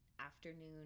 afternoon